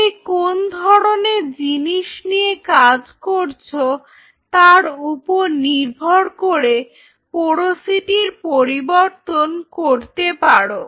তুমি কোন্ ধরনের কোষ নিয়ে কাজ করছো তার উপর নির্ভর করে পোরোসিটির পরিবর্তন করতে পারো